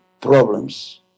problems